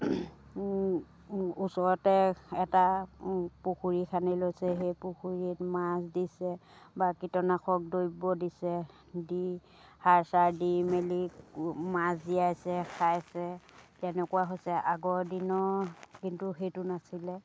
ওচৰতে এটা পুখুৰী খান্দি লৈছে সেই পুখুৰিত মাছ দিছে বা কীটনাশক দ্ৰব্য দিছে দি সাৰ চাৰ দি মেলি মাছ জীয়াইছে খাইছে তেনেকুৱা হৈছে আগৰ দিনত কিন্তু সেইটো নাছিলে